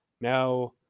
Now